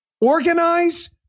organize